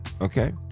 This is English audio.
Okay